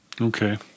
Okay